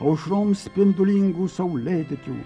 aušrom spindulingų saulėtekių